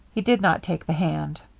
he did not take the hand.